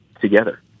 together